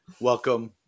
welcome